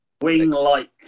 Wing-like